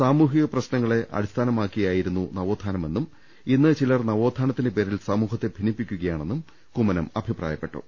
സാമൂഹിക പ്രശ്നങ്ങളെ അടിസ്ഥാനമാക്കിയായിരുന്നു നവോത്ഥാനമെന്നും ഇന്ന് ചിലർ നവോത്ഥാ നത്തിന്റെ പേരിൽ സമൂഹത്തെ ഭിന്നിപ്പിക്കുകയാണെന്നും കുമ്മനം അഭി പ്രായപ്പെട്ടു